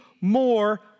more